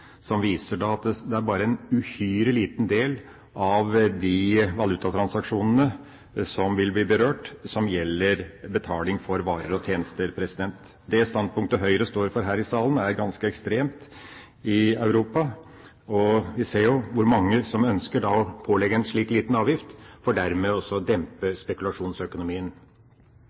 som viser at det bare er en uhyre liten del av de valutatransaksjonene som vil bli berørt, som gjelder betaling for varer og tjenester. Det standpunktet Høyre står for her i salen, er ganske ekstremt i Europa, og vi ser jo hvor mange som ønsker å pålegge en slik liten avgift for dermed å dempe spekulasjonsøkonomien.